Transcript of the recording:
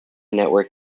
network